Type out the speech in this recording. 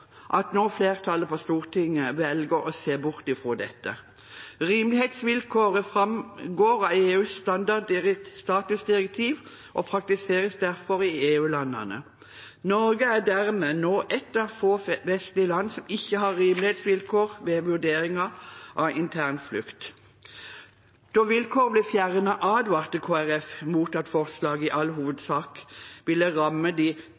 flertallet på Stortinget nå velger å se bort fra dette. Rimelighetsvilkåret framgår av EUs statusdirektiv og praktiseres derfor i EU-landene. Norge er dermed nå ett av få vestlige land som ikke har rimelighetsvilkår ved vurderingen av internflukt. Da vilkåret ble fjernet, advarte Kristelig Folkeparti mot at forslaget i all hovedsak ville ramme de